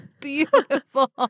beautiful